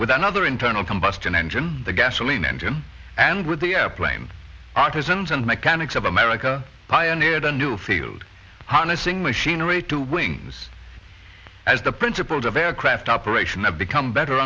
with another internal combustion engine the gasoline engine and with the airplane artisans and mechanics of america pioneered a new field harnessing machinery to wings as the principles of aircraft operation have become better